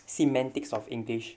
semantics of english